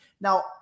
Now